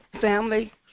Family